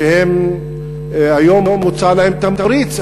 היום הוצע להם תמריץ,